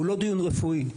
הוא לא דיון רפואי.